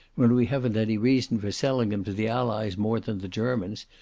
when we haven't any reason for selling them to the allies more than the germans,